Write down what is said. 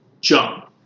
jump